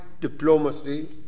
diplomacy